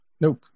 Nope